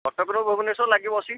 କଟକରୁ ଭୁବନେଶ୍ୱର ଲାଗିବ ଅଶୀ